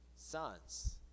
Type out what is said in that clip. Sons